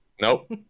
Nope